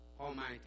almighty